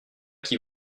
qui